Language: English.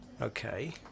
Okay